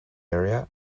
area